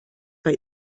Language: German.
bei